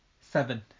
Seven